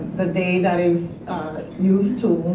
the day that is used to